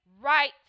right